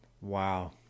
Wow